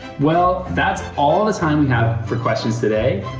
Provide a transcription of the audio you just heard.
well, that's all the time we have for questions today,